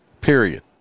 Period